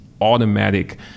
automatic